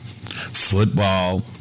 Football